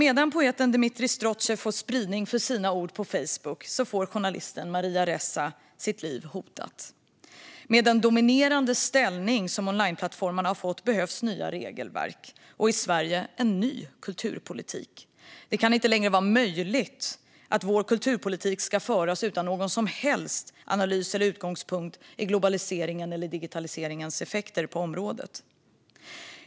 Medan poeten Dmitrij Strotsev får spridning för sina ord på Facebook får journalisten Maria Ressa sitt liv hotat. Med den dominerande ställning som onlineplattformarna har fått behövs nya regelverk och i Sverige en ny kulturpolitik. Det kan inte längre vara möjligt att vår kulturpolitik ska föras utan någon som helst analys av eller utgångspunkt i globaliseringens eller digitaliseringens effekter på området.